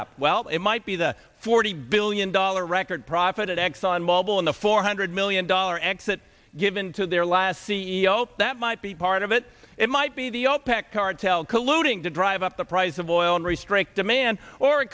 up well it might be the forty billion dollars record profit at exxon mobil in the four hundred million dollars or exit given to their last c e o that might be part of it it might be the opec cartel colluding to drive up the price of oil and restrict demand or it